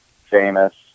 famous